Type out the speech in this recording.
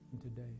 today